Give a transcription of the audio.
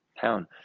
town